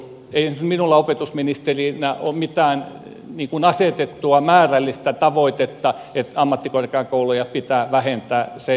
ei minulla opetusministerinä ole mitään asetettua määrällistä tavoitetta että ammattikorkeakouluja pitää vähentää se ja se määrä